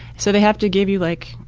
so they have to give you like,